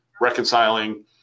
reconciling